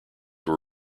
were